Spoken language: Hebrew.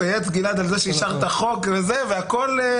מצייץ על זה שאישרת חוק, גלעד.